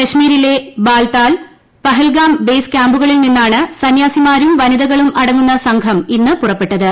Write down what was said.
കശ്മീരിലെ ബാൽതാൽ പഹൽഗാം ബേസ് ക്യാമ്പുകളിൽ നിന്നാണ് സന്യാസിമാരും വനിതകളും അടങ്ങുന്ന സംഘം ഇന്ന് പുറപ്പെട്ടത്